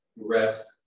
rest